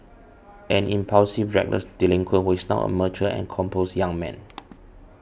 an impulsive reckless delinquent who is now a mature and composed young man